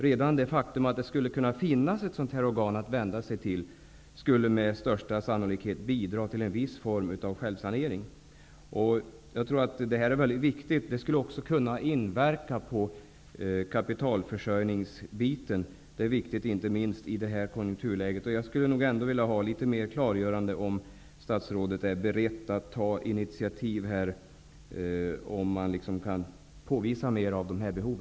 Redan det faktum att det skulle finnas ett sådant här organ att vända sig till skulle med största sannolikhet bidra till en form av självsanering, vilket är viktigt. Det skulle också kunna inverka på kapitalförsörjningen, vilket är betydelsefullt inte minst i detta konjunkturläge. Jag skulle vilja få litet mer av klarlägganden från statsrådet huruvida han är beredd att ta initiativ och mera ta fasta på dessa behov.